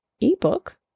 ebook